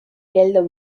geldo